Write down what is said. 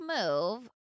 move